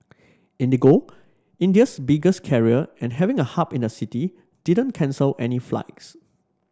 IndiGo India's biggest carrier and having a hub in the city didn't cancel any flights